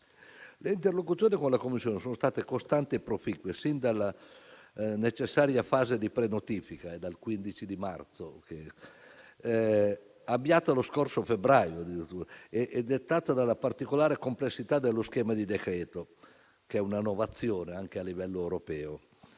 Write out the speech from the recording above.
Le interlocuzioni con la Commissione sono state costanti e proficue sin dalla necessaria fase di pre-notifica (dal 15 marzo) avviata addirittura lo scorso febbraio e dettata dalla particolare complessità dello schema di decreto - che è una novazione anche a livello europeo